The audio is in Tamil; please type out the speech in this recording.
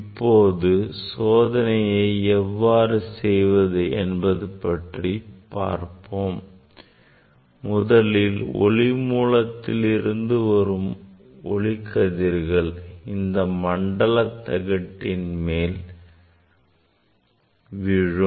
இப்போது சோதனை இவ்வாறு செய்வது என்பது பற்றி பார்ப்போம் முதலில் ஒளி மூலத்திலிருந்து வரும் ஒளிக்கதிர்கள் இந்த மண்டல தகட்டின் மேல் விழும்